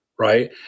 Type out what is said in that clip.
right